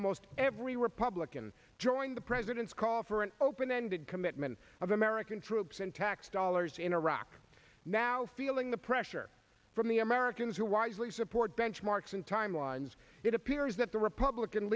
almost every republican joined the president's call for an open ended commitment of american troops and tax dollars in iraq now feeling the pressure from the americans who wisely support benchmarks and timelines it appears that the republican